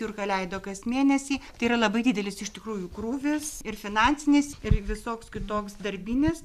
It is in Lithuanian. jurka leido kas mėnesį tai yra labai didelis iš tikrųjų krūvis ir finansinis ir visoks kitoks darbinis